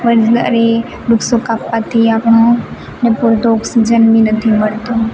વધારે વૃક્ષો કાપવાથી આપણને પૂરતો ઓક્સિજન પણ નથી મળતો